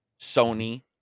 sony